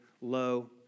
low